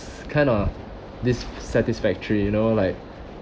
kind of dissatisfactory you know like